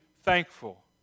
thankful